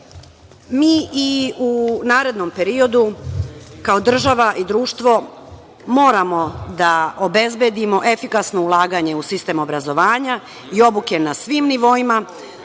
i u narednom periodu kao država i društvo moramo da obezbedimo efikasno ulaganje u sistem obrazovanja i obuke na svim nivoima,